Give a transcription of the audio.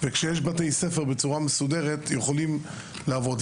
כאשר יש בתי ספר בצורה מסודרת יכולים לעבוד.